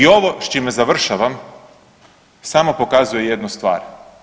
I ovo s čime završavam samo pokazuje jednu stvar.